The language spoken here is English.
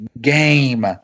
game